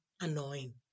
annoying